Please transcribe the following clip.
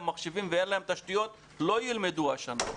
מחשבים ואין להם תשתיות לא ילמדו השנה.